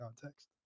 context